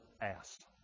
asked